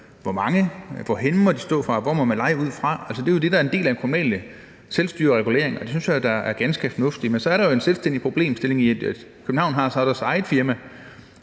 hvor mange, hvor henne de må stå, hvor de må leje ud fra. Det er jo det, der er en del af den kommunale selvstyreregulering, og det synes jeg da er ganske fornuftigt. Men så er der jo en selvstændig problemstilling i, at Københavns har sit eget firma,